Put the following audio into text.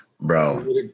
Bro